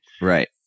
Right